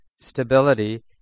stability